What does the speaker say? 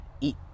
eat